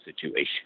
situation